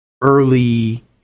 early